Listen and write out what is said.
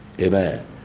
amen